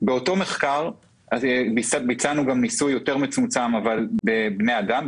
באותו מחקר ביצענו גם ניסוי יותר מצומצם בבני אדם,